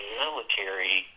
military